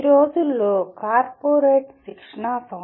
ఈ రోజుల్లో కార్పొరేట్ శిక్షణ చాలా ఉంది